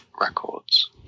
Records